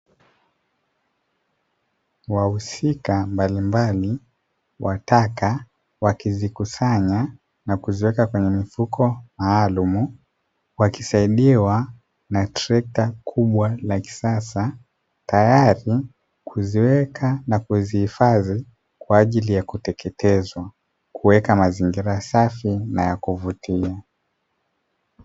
Wahusika mbalimbali wa taka wakizikusanya na kuziweka kwenye mifuko maalumu, wakisaidiwa na trekta kubwa la kisasa tayari kuziweka na kuzihifadhi kwa ajili ya kuteketezwa kuweka mazingira safi na ya kuvutia.